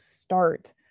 start